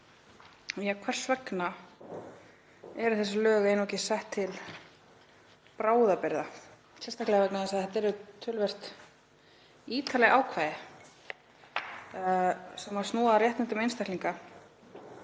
því? Hvers vegna eru þessi lög einungis sett til bráðabirgða, sérstaklega vegna þess að þetta eru töluvert ítarleg ákvæði sem snúa að réttindum einstaklinga